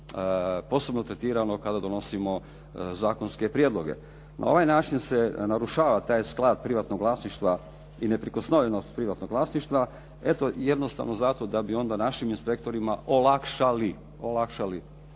posebno tretirano kada donosimo zakonske prijedloge. Na ovaj način se narušava sklad privatnog vlasništva i neprikosnovenost privatnog vlasništva. Eto jednostavno zato da bi onda našim inspektorima olakšali.